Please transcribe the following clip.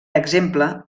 exemple